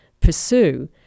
pursue